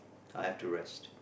I have to rest